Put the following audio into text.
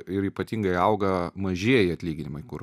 ir ypatingai auga mažieji atlyginimai kur